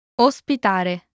Ospitare